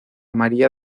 maría